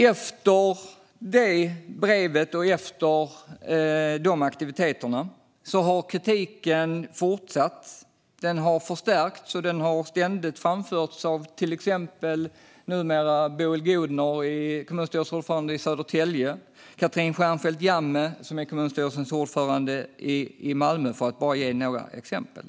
Efter det brevet och efter de aktiviteterna har kritiken fortsatt. Kritiken har förstärkts, och den har ständigt framförts, numera av till exempel Boel Godner, kommunstyrelsens ordförande i Södertälje, och Katrin Stjernfeldt Jammeh, kommunstyrelsens ordförande i Malmö - för att ge några exempel.